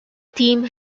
team